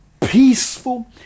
peaceful